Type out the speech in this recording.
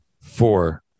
Four